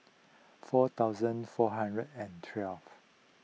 four thousand four hundred and twelve